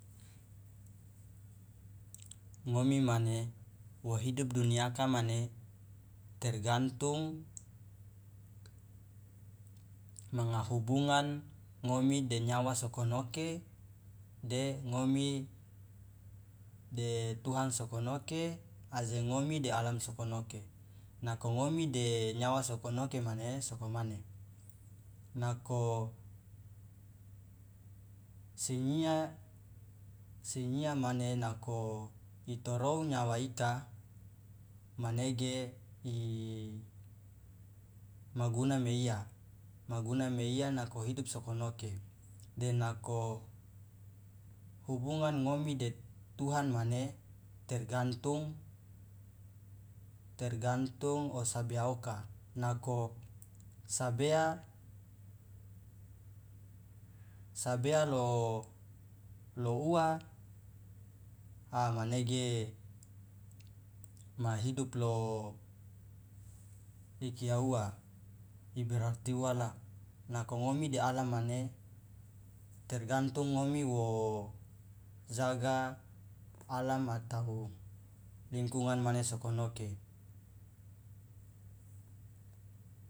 Ngomi mane wo hidup duniaka mane tergantung manga hubungan ngomi de nyawa sokonoke de ngomi e tuhan sokonoke aje ngomi de alam sokonoke nako ngomi de nyawa sokonoke mane sokomane nako sinyia sinyia mane nako itorou nyawa ika manege imaguna meiya maguna meiya nako hidup sokonoke de nako hubungan ngomi de tuhan mane tergantung tergantung o sabea oka nako sabea sabea lo lo uwa a manege ma hidup lo ikia uwa iberarti uwa la nako ngomi de alam mane tergantung ngomi wo jaga alam atau lingkungan mane sokonoke.